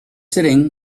sitting